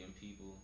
people